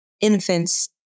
infants